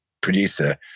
producer